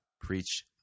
preach